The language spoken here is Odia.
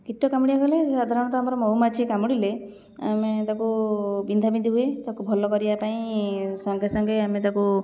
କୀଟ କାମୁଡ଼ିବାକୁ ହେଲେ ସାଧାରଣତଃ ଆମର ମହୁମାଛି କାମୁଡ଼ିଲେ ଆମେ ତାକୁ ବିନ୍ଧା ବିନ୍ଧି ହୁଏ ତାକୁ ଭଲ କରିବା ପାଇଁ ସଙ୍ଗେ ସଙ୍ଗେ ଆମେ ତାକୁ